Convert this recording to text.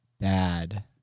bad